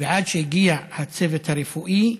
ועד שהגיע הצוות הרפואי,